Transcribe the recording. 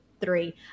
three